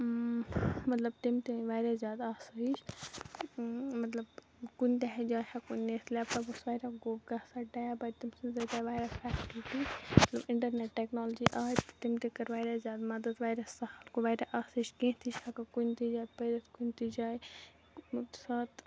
مطلب تٔمۍ تہِ أنۍ واریاہ زیادٕ آسٲیِش مطلب کُنہِ تہِ ہہ جایہِ ہٮ۪کو نِتھ لیپٹاپ اوس واریاہ گوٚب گژھان ٹیب آیہِ تٔمۍ سٕنٛدۍ سۭتۍ آیہِ واریاہ اِنٹَرنٮ۪ٹ ٹیکنالجی آیہِ تٔمۍ تہِ کٔر واریاہ زیادٕ مدد واریاہ سہل گوٚو واریاہ آسٲیِش کیٚنہہ تہِ ہٮ۪کَو کُنہِ تہِ جایہِ پٔرِتھ کُنہِ تہِ جایہِ